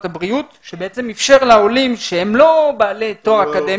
הבריאות שבעצם אפשר לעולים שהם לא בעלי תואר אקדמי